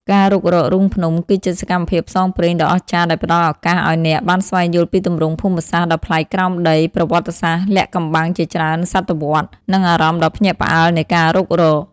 ការរុករករូងភ្នំគឺជាសកម្មភាពផ្សងព្រេងដ៏អស្ចារ្យដែលផ្ដល់ឱកាសឱ្យអ្នកបានស្វែងយល់ពីទម្រង់ភូមិសាស្ត្រដ៏ប្លែកក្រោមដី ប្រវត្តិសាស្ត្រលាក់កំបាំងជាច្រើនសតវត្សរ៍ និងអារម្មណ៍ដ៏ភ្ញាក់ផ្អើលនៃការរុករក។